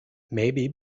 maybe